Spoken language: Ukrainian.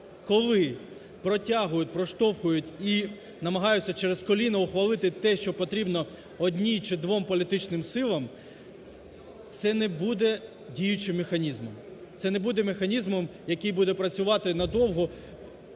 коли протягують, проштовхують і намагаються "через коліно" ухвалити те, що потрібно одній чи двом політичним силам, це не буде діючим механізмом, це не буде механізмом, який буде працювати надовго,